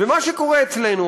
ומה שקורה אצלנו,